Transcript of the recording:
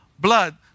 blood